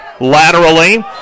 laterally